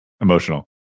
emotional